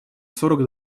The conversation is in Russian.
сорок